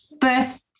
first